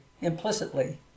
implicitly